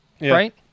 right